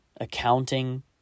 accounting